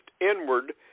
inward